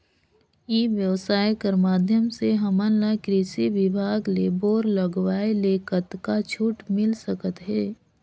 ई व्यवसाय कर माध्यम से हमन ला कृषि विभाग ले बोर लगवाए ले कतका छूट मिल सकत हे?